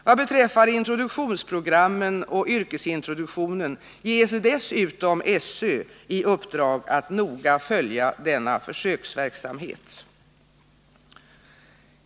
Vad beträffar introduktionsprogrammen och yrkesintroduktionen ges dessutom SÖ i uppdrag att noga följa denna försöksverksamhet.